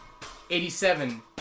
87